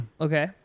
Okay